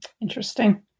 Interesting